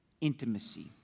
intimacy